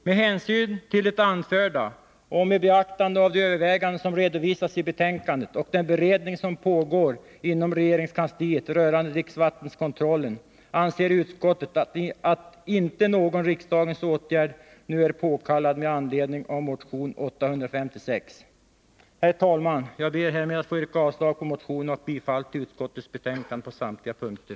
Med hänvisning till det anförda och med beaktande av de överväganden som redovisats i betänkandet och den beredning som pågår inom regeringskansliet rörande dricksvattenskontrollen anser utskottet att någon riksdagens åtgärd inte nu är påkallad med anledning av motion 856. Herr talman! Jag ber härmed att få yrka avslag på motionerna och bifall till utskottets hemställan på samtliga punkter.